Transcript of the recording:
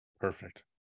Perfect